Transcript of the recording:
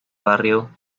barrio